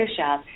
Photoshop